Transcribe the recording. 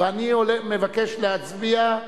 לא נתקבלה.